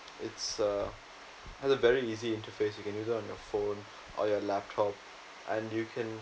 it's a has a very easy interface you can use it on your phone or your laptop and you can